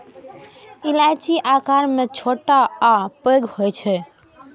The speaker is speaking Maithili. इलायची आकार मे छोट आ पैघ होइ छै